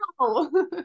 no